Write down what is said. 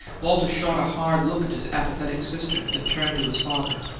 walter shot a hard look at his apathetic sister, then turned to his father.